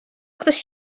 ktoś